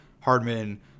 Hardman